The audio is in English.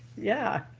yeah.